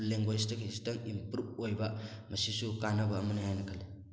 ꯂꯦꯡꯒꯣꯏꯁꯇ ꯈꯖꯤꯛꯇꯪ ꯏꯝꯄ꯭ꯔꯨꯕ ꯑꯣꯏꯕ ꯃꯁꯤꯁꯨ ꯀꯥꯟꯅꯕ ꯑꯃꯅꯤ ꯍꯥꯏꯅ ꯈꯜꯂꯤ